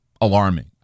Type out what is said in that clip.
alarming